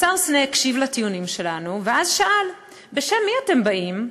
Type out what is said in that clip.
השר סנה הקשיב לטיעונים שלנו ואז שאל: בשם מי אתם באים?